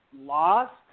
lost